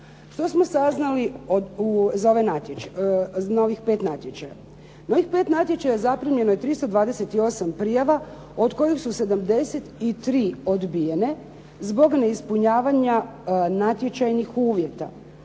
Što smo saznali na ovih pet natječaja? Na ovih pet natječaja zaprimljeno je 328 prijava od kojih su 73 odbijene zbog neispunjavanja natječajnih uvjeta,